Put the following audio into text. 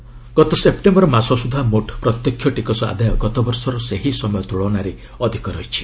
tax collection ଗତ September ମାସ ସୁଦ୍ଧା ମୋଟ୍ ପ୍ରତ୍ୟକ୍ଷ ଟିକସ ଆଦାୟ ଗତ ବର୍ଷର ସେହି ସମୟ ତୁଳନାରେ ଅଧିକ ରହିଛି